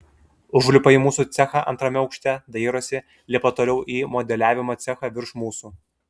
užlipa į mūsų cechą antrame aukšte dairosi lipa toliau į modeliavimo cechą virš mūsų